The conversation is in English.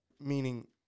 meaning